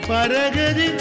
Paragadi